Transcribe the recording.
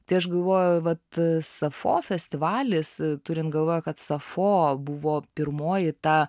tai aš galvojau vat sapfo festivalis turint galvoje kad sapfo buvo pirmoji ta